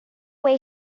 way